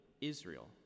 Israel